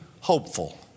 hopeful